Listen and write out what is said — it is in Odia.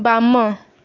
ବାମ